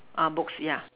err books yeah